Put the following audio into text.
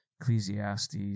Ecclesiastes